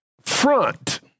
front